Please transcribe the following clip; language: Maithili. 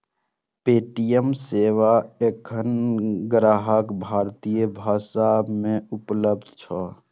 पे.टी.एम सेवा एखन ग्यारह भारतीय भाषा मे उपलब्ध छै